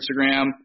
Instagram